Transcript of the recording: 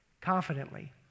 Confidently